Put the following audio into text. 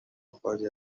خوردی